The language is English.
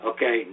Okay